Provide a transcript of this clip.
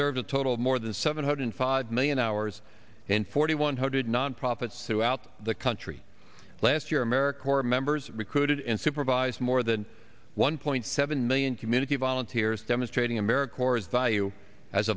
serves a total of more than seven hundred five million hours and forty one hundred nonprofits throughout the country last year america were members recruited and supervised more than one point seven million community volunteers demonstrating america corps value as